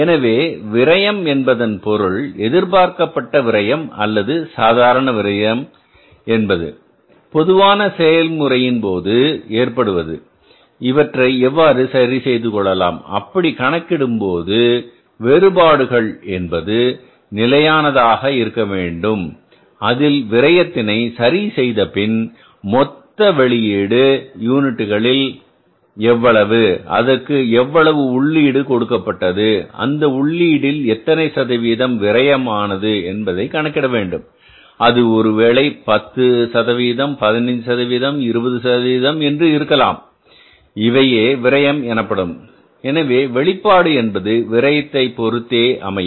எனவே விரையம் என்பதன் பொருள் எதிர்பார்க்கப்பட்ட விரையம் அல்லது சாதாரண விரையம் என்பது பொதுவான செயல்முறையின் போது ஏற்படுவது இவற்றை எவ்வாறு சரி செய்து கொள்ளலாம் அப்படி கணக்கிடும்போது வேறுபாடுகள் என்பது நிலையானதாக இருக்க வேண்டும் அதில் விரையத்தினை சரி செய்த பின் வெளியீடு மொத்த யூனிட்டுகளில் எவ்வளவு அதற்கு எவ்வளவு உள்ளீடு கொடுக்கப்பட்டது அந்த உள்ளி டில் எத்தனை சதவீதம் விரையம் ஆனது என்பதை கணக்கிட வேண்டும் அது ஒருவேளை 10 15 20 என்று இருக்கலாம் இவையே விரையம் எனப்படும் எனவே வெளிப்பாடு என்பது விரையத்தை பொறுத்தே அமையும்